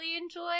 enjoy